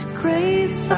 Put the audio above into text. grace